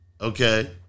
Okay